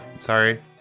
sorry